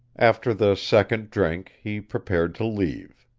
after the second drink he prepared to leave.